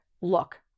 look